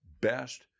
best